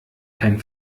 kein